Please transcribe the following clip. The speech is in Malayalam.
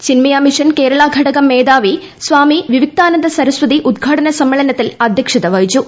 ചിന്മയാ മിഷൻ കേരളാ ഘടകം മേധാവി സ്വാമി വിവിക്താനന്ദ സരസ്വതി ഉദ്ഘാടന സമ്മേളന ത്തിൽ അദ്ധ്യക്ഷത വഹിച്ചു